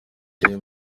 kimwe